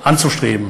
שתוקם לשוק האירופי.